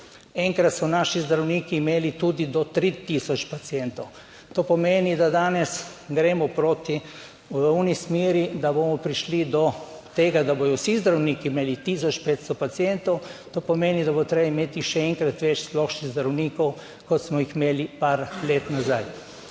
enkrat so naši zdravniki imeli tudi do 3 tisoč pacientov. To pomeni, da danes gremo proti, v oni smeri, da bomo prišli do tega, da bodo vsi zdravniki imeli tisoč 500 pacientov. To pomeni, da bo treba imeti še enkrat več splošnih zdravnikov, kot smo jih imeli par let nazaj.